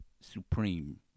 supreme